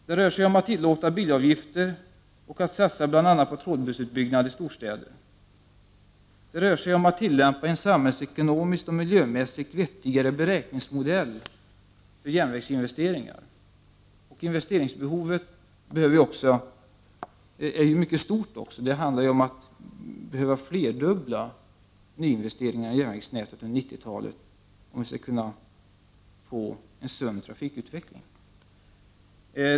Det rör sig om att tillåta bilavgifter och att satsa på bl.a. trådbussutbyggnader i storstäder. Det rör sig om att tillämpa en samhällsekonomiskt och miljömässigt vettigare beräkningsmodell för järnvägsinvesteringar. Investeringsbehovet är ju också mycket stort. Det handlar om att flerdubbla nyinvesteringarna i järnvägsnätet under 90-talet, om vi skall kunna få en sund trafikutveckling.